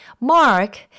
Mark